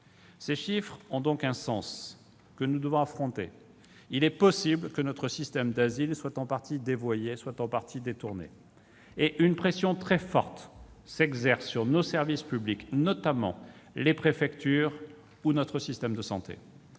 Ces chiffres ont donc un sens, que nous devons affronter : il est possible que notre système d'asile soit en partie dévoyé, détourné. Et l'on constate qu'une pression très forte s'exerce sur nos services publics, notamment les préfectures ou notre système de santé.